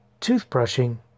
Toothbrushing